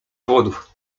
powodów